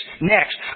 Next